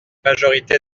majorité